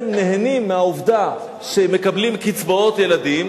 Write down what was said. נהנים מהעובדה שהם מקבלים קצבאות ילדים,